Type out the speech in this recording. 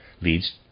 leads